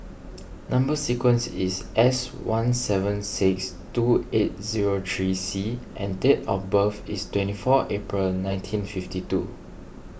Number Sequence is S one seven six two eight zero three C and date of birth is twenty four April nineteen fifty two